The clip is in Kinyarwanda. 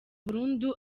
burundu